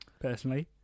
personally